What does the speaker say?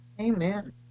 Amen